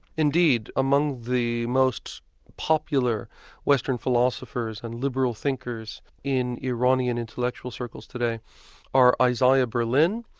indeed. among the most popular western philosophers and liberal thinkers in iranian intellectual circles today are isaiah berlin,